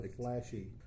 flashy